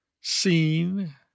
Seen